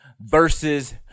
versus